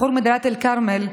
בחור מדאלית אל-כרמל,